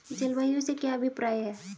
जलवायु से क्या अभिप्राय है?